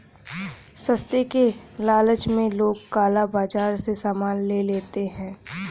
सस्ते के लालच में लोग काला बाजार से सामान ले लेते हैं